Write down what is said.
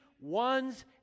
one's